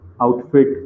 outfit